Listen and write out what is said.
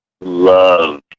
love